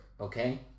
okay